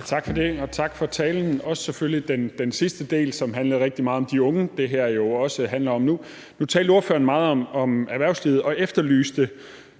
14:55 Jens Joel (S): Tak for det, og tak for talen – selvfølgelig også for den sidste del, som handlede rigtig meget om de unge, som det her jo også handler om nu. Nu talte ordføreren meget om erhvervslivet og efterlyste